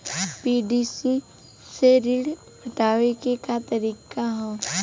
PDC से ऋण पटावे के का तरीका ह?